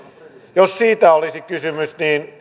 jos siitä olisi kysymys niin